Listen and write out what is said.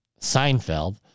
Seinfeld